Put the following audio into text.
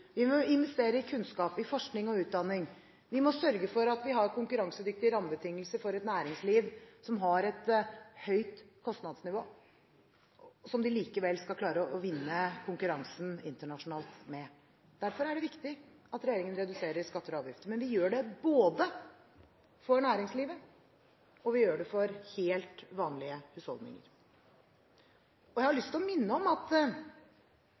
Vi må investere i kunnskap, i forskning og i utdanning. Vi må sørge for at vi har konkurransedyktige rammebetingelser for et næringsliv som har et høyt kostnadsnivå, som de likevel skal klare å vinne konkurransen internasjonalt med. Derfor er det viktig at regjeringen reduserer skatter og avgifter. Men vi gjør det både for næringslivet, og vi gjør det for helt vanlige husholdninger. Jeg har lyst til å minne om at